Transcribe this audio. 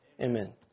Amen